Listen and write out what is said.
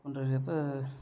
அப்டிங்கிறப்போ